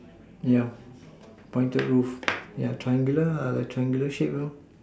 yeah pointed row yeah triangular like triangular shape